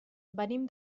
venim